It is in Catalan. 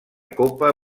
copa